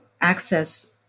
access